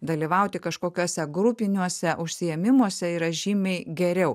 dalyvauti kažkokiuose grupiniuose užsiėmimuose yra žymiai geriau